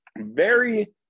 Very-